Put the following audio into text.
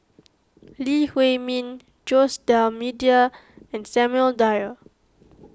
Lee Huei Min Jose D'Almeida and Samuel Dyer